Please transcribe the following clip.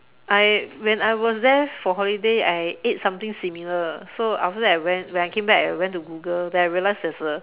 I when I was there for holiday I ate something similar so after that I went when I came back I went to Google then I realised there's a